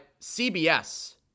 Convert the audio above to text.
CBS